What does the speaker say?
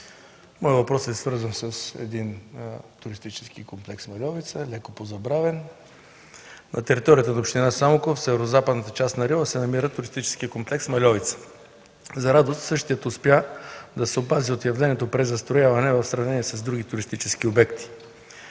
моят въпрос е свързан с туристически комплекс „Мальовица”. Леко позабравен, той е на територията на община Самоков, в северозападната част на Рила се намира туристически комплекс „Мальовица”. За радост, същият успя да се опази от явлението „презастрояване” в сравнение с други туристически обекти.